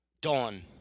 Dawn